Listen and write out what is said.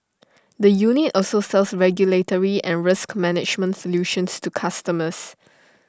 the unit also sells regulatory and risk management solutions to customers